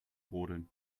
rodeln